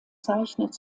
zeichnet